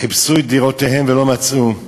חיפשו את דירותיהם ולא מצאו.